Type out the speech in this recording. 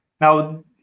Now